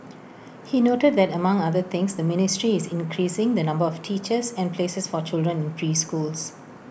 he noted that among other things the ministry is increasing the number of teachers and places for children in preschools